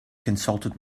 consulted